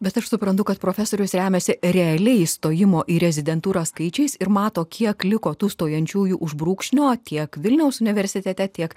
bet aš suprantu kad profesorius remiasi realiais stojimo į rezidentūrą skaičiais ir mato kiek liko tų stojančiųjų už brūkšnio tiek vilniaus universitete tiek